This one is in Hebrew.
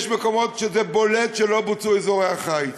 יש מקומות שזה בולט שלא בוצעו אזורי החיץ.